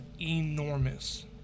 enormous